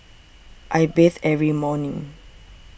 I bathe every morning